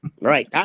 Right